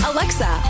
Alexa